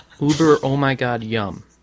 Uber-oh-my-god-yum